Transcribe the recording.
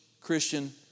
Christian